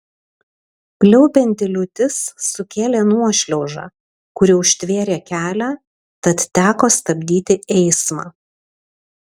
pliaupianti liūtis sukėlė nuošliaužą kuri užtvėrė kelią tad teko stabdyti eismą